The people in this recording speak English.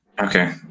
Okay